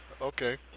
Okay